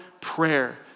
prayer